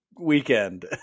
weekend